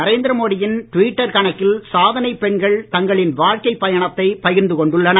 நரேந்திர மோடியின் ட்விட்டர் கணக்கில் சாதனைப் பெண்கள் தங்களின் வாழ்க்கைப் பயணத்தை பகிர்ந்து கொண்டுள்ளனர்